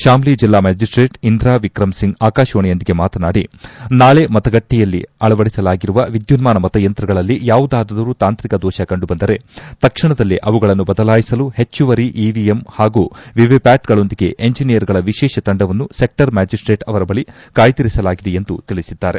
ಶಾಮ್ಲಿ ಜಿಲ್ಲಾ ಮ್ಯಾಜಿಸ್ಸೇಟ್ ಇಂದ್ರಾ ವಿಕ್ರಮ್ ಸಿಂಗ್ ಆಕಾಶವಾಣಿಯೊಂದಿಗೆ ಮಾತನಾಡಿ ನಾಳೆ ಮತಗಟ್ಟೆಯಲ್ಲಿ ಅಳವಡಿಸಲಾಗಿರುವ ವಿದ್ಯುನ್ನಾನ ಮತಯಂತ್ರಗಳಲ್ಲಿ ಯಾವುದಾದರೂ ತಾಂತ್ರಿಕ ದೋಷ ಕಂಡುಬಂದರೆ ತಕ್ಷಣದಲ್ಲೇ ಅವುಗಳನ್ನು ಬದಲಾಯಿಸಲು ಹೆಚ್ಚುವರಿ ಇವಿಎಂ ಹಾಗೂ ವಿವಿಪ್ಯಾಟ್ಗಳೊಂದಿಗೆ ಎಂಜೆನಿಯರ್ಗಳ ವಿಶೇಷ ತಂಡವನ್ನು ಸೆಕ್ಷರ್ ಮ್ಯಾಜಿಸ್ಸೇಟ್ ಅವರ ಬಳಿ ಕಾಯ್ದಿರಿಸಲಾಗಿದೆ ಎಂದು ತಿಳಿಸಿದ್ದಾರೆ